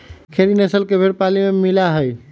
खेरी नस्ल के भेंड़ पाली में मिला हई